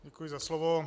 Děkuji za slovo.